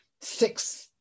six